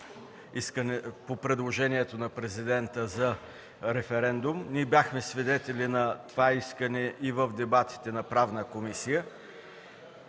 по предложението на Президента за референдум. Ние бяхме свидетели на това искане и в дебатите на Правната комисия.